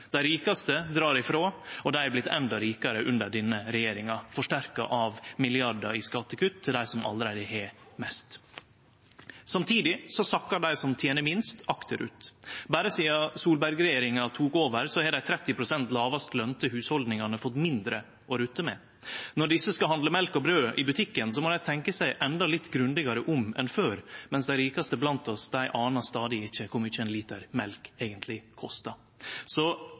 Dei rikaste drar ifrå, og dei har blitt endå rikare under denne regjeringa, forsterka av milliardar i skattekutt til dei som allereie har mest. Samtidig sakkar dei som tener minst, akterut. Berre sidan Solberg-regjeringa tok over, har dei 30 pst. lågast lønte hushalda fått mindre å rutte med. Når dei skal handle mjølk og brød i butikken, må dei tenkje seg endå litt grundigare om enn før, mens dei rikaste blant oss stadig ikkje anar kor mykje ein liter mjølk eigentleg kostar. Så